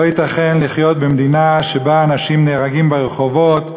לא ייתכן לחיות במדינה שבה אנשים נהרגים ברחובות,